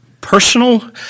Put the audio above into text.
personal